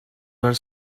were